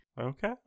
Okay